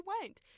went